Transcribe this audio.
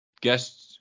Guests